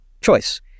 choice